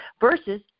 versus